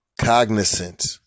cognizant